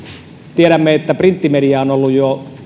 tiedämme että printtimedia on ollut jo